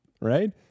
right